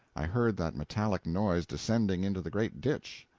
i heard that metallic noise descending into the great ditch.